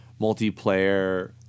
multiplayer